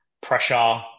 pressure